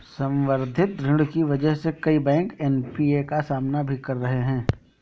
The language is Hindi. संवर्धित ऋण की वजह से कई बैंक एन.पी.ए का सामना भी कर रहे हैं